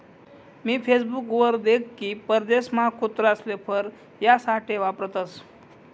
मी Facebook वर देख की परदेशमा कुत्रासले फर यासाठे वापरतसं